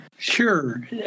Sure